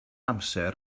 amser